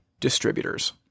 distributors